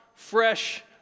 fresh